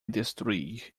destruir